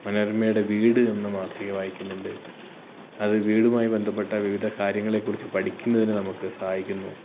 മനോരമയുടെ വീട് എന്ന മാസിക വായിക്കുന്നുണ്ട് അത് വീടുമായി ബന്ധപ്പെട്ട വിവിധ കാര്യങ്ങളെക്കുറിച്ച് പഠിക്കുന്നതിന് നമുക്ക് സഹായിക്കുന്നു